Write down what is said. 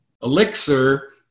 elixir